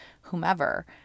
whomever